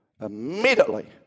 immediately